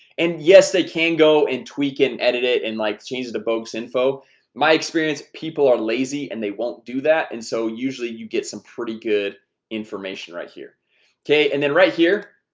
and yes they can go and tweak and edit it and like change the bogus info my experience people are lazy and they won't do that. and so usually you get some pretty good information right here okay, and then right here?